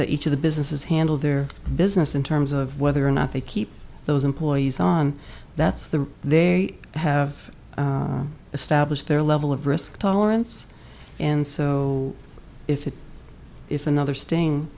that each of the businesses handle their business in terms of whether or not they keep those employees on that's the they have established their level of risk tolerance and so if it if another